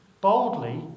boldly